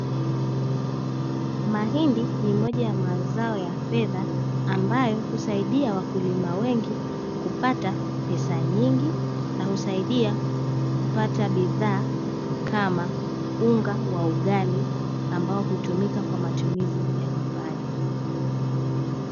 Mahindi ni moja ya mazao ya fedha ambayo husaidia wakulima wengi kupata pesa nyingi, na husaidia kupata bidhaa kama unga wa ugali ambao hutumika kwa matumizi ya nyumbani.